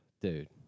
Dude